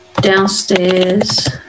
Downstairs